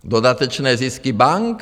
Dodatečné zisky bank?